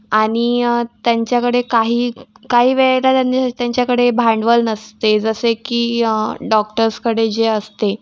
आणि त्यांच्याकडे काही काही वेळेला त्यांना त्यांच्याकडे भांडवल नसते जसे की डॉक्टर्सकडे जे असते